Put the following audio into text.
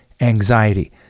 anxiety